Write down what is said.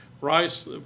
rice